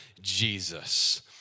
Jesus